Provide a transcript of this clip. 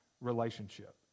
relationship